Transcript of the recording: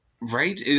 Right